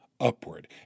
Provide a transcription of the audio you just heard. upward